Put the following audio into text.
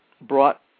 brought